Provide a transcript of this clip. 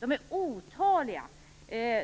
De har varit otaliga, och vi har vid